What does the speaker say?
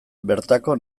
bertako